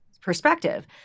perspective